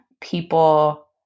people